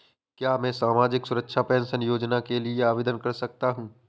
क्या मैं सामाजिक सुरक्षा पेंशन योजना के लिए आवेदन कर सकता हूँ?